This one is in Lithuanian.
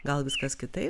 gal viskas kitaip